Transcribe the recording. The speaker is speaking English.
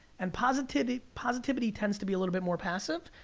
and positivity positivity tends to be a little bit more passive.